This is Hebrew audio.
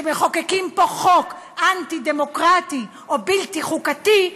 כשמחוקקים פה חוק אנטי-דמוקרטי או בלתי חוקתי,